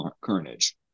carnage